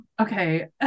Okay